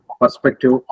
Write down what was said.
perspective